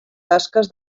tasques